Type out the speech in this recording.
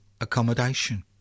accommodation